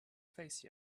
face